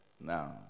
Now